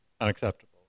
unacceptable